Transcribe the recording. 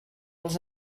els